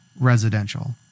residential